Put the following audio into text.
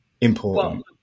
Important